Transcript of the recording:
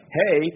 hey